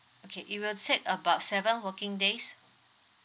okay it will take about seven working days